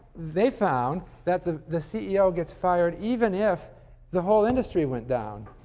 they found that the the ceo gets fired even if the whole industry went down.